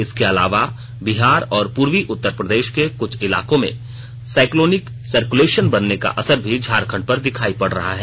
इसके अलावा बिहार और पूर्वी उत्तर प्रदेश के कुछ इलाको में साइक्लोनिक सर्कलेशन बनने का असर भी झारखंड पर दिखाई पड़ रहा है